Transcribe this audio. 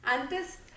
Antes